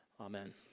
Amen